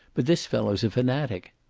but this fellow's a fanatic.